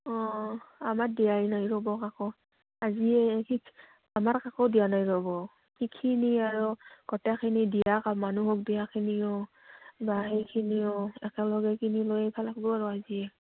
অঁ আমাৰ দিয়াই নাই ৰ'ব কাকো আজিয়ে কি আমাৰ কাকো দিয়া নাই ৰ'ব সিখিনিয় আৰু গোটেইখিনি দিয়া মানুহক দিয়াখিনিও বা সেইখিনিও একেলগে কিনি লৈফালাক আৰু আজিয়ে